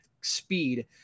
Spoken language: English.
speed